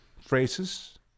phrases